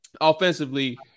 offensively